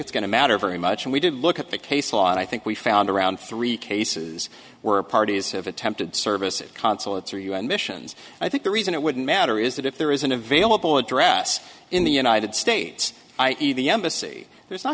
it's going to matter very much and we did look at the case law and i think we found around three cases where parties have attempted service at consulates or u n missions i think the reason it wouldn't matter is that if there isn't available address in the united states i e the embassy there's not